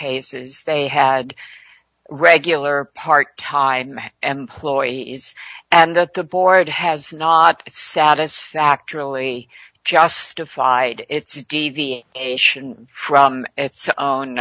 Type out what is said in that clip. cases they had regular part time employees and that the board has not satisfactorily justified its ition from its own